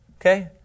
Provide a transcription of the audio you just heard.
Okay